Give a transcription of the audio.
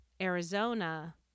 Arizona